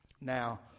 Now